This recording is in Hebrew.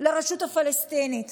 לרשות הפלסטינית